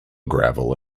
gravel